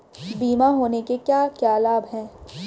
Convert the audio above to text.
बीमा होने के क्या क्या लाभ हैं?